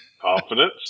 Confidence